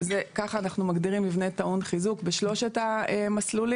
כך אנחנו מגדירים מבנה טעון חיזוק בשלושת המסלולים: